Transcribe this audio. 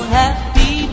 happy